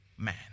man